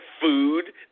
food